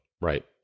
Right